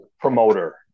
promoter